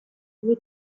due